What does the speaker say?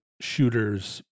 shooters